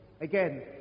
Again